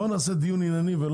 בואו נעשה דיון ענייני.